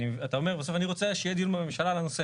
אתה אומר בסוף אני רוצה שיהיה דיון בממשלה על הנושא.